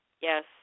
Yes